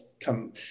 come